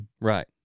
Right